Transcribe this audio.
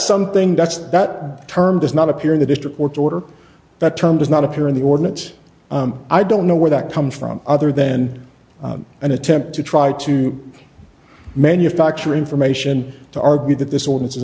something that's that term does not appear in the district court's order that term does not appear in the ordinance i don't know where that come from other than an attempt to try to manufacture information to argue that this ordinance